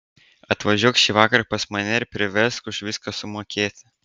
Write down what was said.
atvažiuok šįvakar pas mane ir priversk už viską sumokėti